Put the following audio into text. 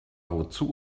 wozu